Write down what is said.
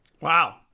Wow